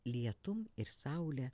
lietum ir saule